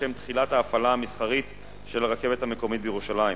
לשם תחילת ההפעלה המסחרית של הרכבת המקומית בירושלים,